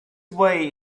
way